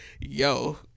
yo